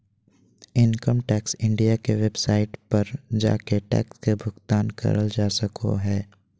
income tax India के website पर जाके टैक्स के भुगतान करल जा सको हय